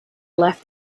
left